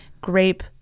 grape